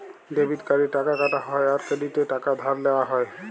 debit কার্ডে টাকা কাটা হ্যয় আর ক্রেডিটে টাকা ধার লেওয়া হ্য়য়